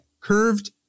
curved